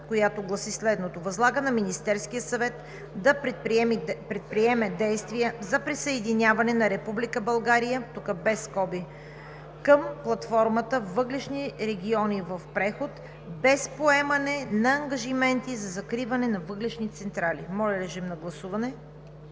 която гласи следното: „Възлага на Министерския съвет да предприеме действия за присъединяване на Република България към Платформата „Въглищни региони в преход“ без поемане на ангажименти за закриване на въглищни централи.“ Моля, режим на гласуване.